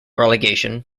relegation